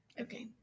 Okay